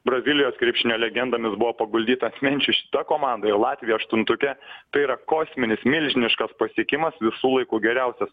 brazilijos krepšinio legendomis buvo paguldyta ant menčių šita komanda ir latvija aštuntuke tai yra kosminis milžiniškas pasiekimas visų laikų geriausias